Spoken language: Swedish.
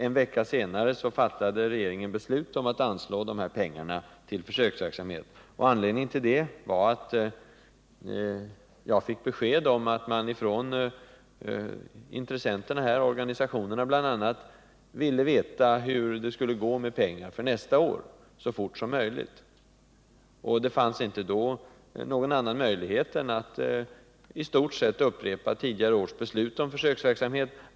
En vecka senare fattade regeringen beslut om att anslå dessa pengar till försöksverksamheten. Anledningen till det var att jag fick besked om att intressenterna, bl.a. organisationerna, så fort som möjligt ville veta hur det skulle gå med pengar för nästa år. Det fanns inte då någon annan möjlighet än att i stort sett upprepa tidigare års beslut om försöksverksamhet.